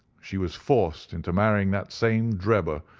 she was forced into marrying that same drebber,